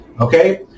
Okay